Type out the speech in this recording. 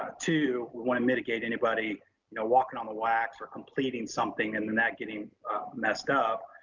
two wanna mitigate anybody, you know, walking on the wax or completing something, and then that getting messed up.